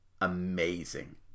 amazing